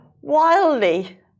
wildly